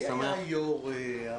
מי היה אז היושב-ראש?